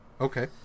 okay